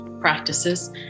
practices